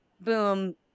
boom